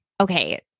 Okay